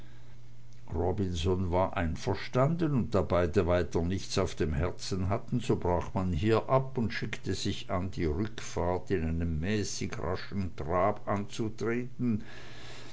robinson war einverstanden und da beide weiter nichts auf dem herzen hatten so brach man hier ab und schickte sich an die rückfahrt in einem mäßig raschen trab anzutreten